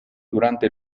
durante